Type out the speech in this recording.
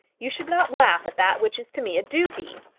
you should not laugh at that which is to me a duty.